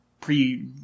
pre